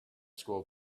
school